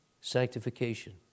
sanctification